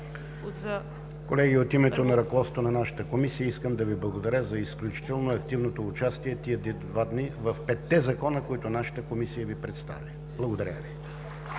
Колеги, от името на ръководството на нашата Комисия искам да Ви благодаря за изключително активното участие тези два дни в петте закона, които нашата Комисия Ви представи. Благодаря Ви.